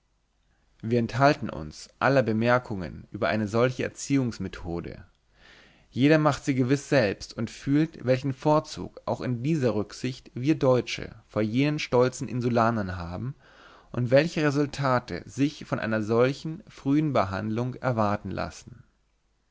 wir enthalten uns aller bemerkungen über eine solche erziehungsmethode jeder macht sie gewiß selbst und fühlt welchen vorzug auch in dieser rücksicht wir deutsche vor jenen stolzen insulanern haben und welche resultate sich von einer solchen frühen behandlung erwarten lassen